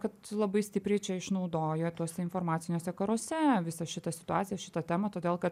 kad labai stipriai čia išnaudojo tuose informaciniuose karuose visą šitą situaciją šitą temą todėl kad